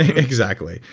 exactly.